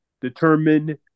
determined